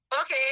Okay